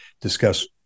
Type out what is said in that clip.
discuss